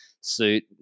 suit